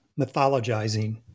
mythologizing